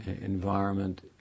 environment